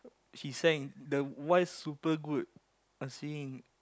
she sang the wife super good at singing